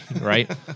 right